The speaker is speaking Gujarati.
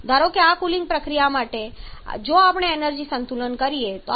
ધારો કે આ કુલિંગ પ્રક્રિયા માટે જો આપણે એનર્જી સંતુલન કરીએ તો આપણને શું મળશે